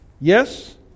Yes